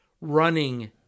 running